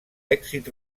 èxit